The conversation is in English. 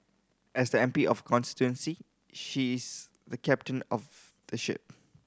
as the M P of the constituency she is the captain of the ship